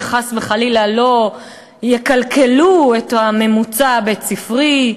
כדי שחס וחלילה לא יקלקלו את הממוצע הבית-ספרי,